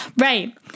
right